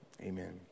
Amen